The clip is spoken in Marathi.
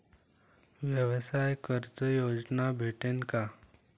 व्यवसाय कर्ज योजना भेटेन का?